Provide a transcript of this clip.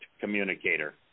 communicator